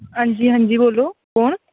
हां जी हां जी बोलो कुन्न